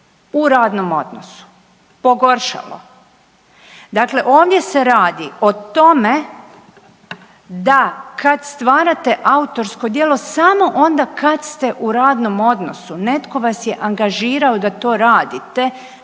u radnom odnosu, pogoršalo. Dakle, ovdje se radi o tome da kada stvarate autorsko djelo samo onda kada ste u radnom odnosu netko vaš je angažirao da to radite